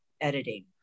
editing